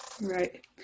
Right